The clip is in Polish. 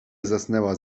zasnęła